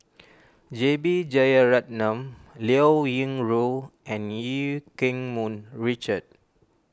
J B Jeyaretnam Liao Yingru and Eu Keng Mun Richard